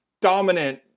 dominant